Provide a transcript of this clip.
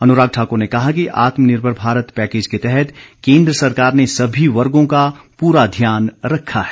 अनुराग ठाकुर ने कहा कि आत्मनिर्भर भारत पैकेज के तहत केन्द्र सरकार ने सभी वर्गो का पूरा ध्यान रखा है